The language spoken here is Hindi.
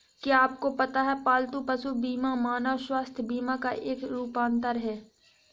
क्या आपको पता है पालतू पशु बीमा मानव स्वास्थ्य बीमा का एक रूपांतर है?